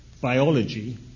biology